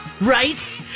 Right